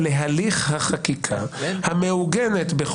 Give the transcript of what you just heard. שהיעדרה במדינה הזאת הוביל לעיגונם של